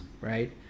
right